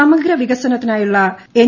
സമഗ്ര വികസനത്തിനായുള്ള എൻ